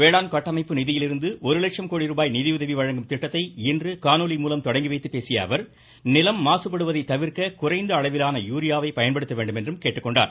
வேளாண் கட்டமைப்பு நிதியிலிருந்து ஒரு லட்சம் கோடி ரூபாய் நிதியுதவி வழங்கும் திட்டத்தை இன்று காணொலி மூலம் தொடங்கி வைத்து பேசிய அவர் நிலம் மாசுபடுவதை தவிர்க்க குறைந்த அளவிலான யூரியாவை பயன்படுத்த வேண்டும் என்றும் அவர் கேட்டுக்கொண்டார்